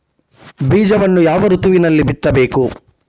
ಬೀಜವನ್ನು ಯಾವ ಋತುವಿನಲ್ಲಿ ಬಿತ್ತಬೇಕು?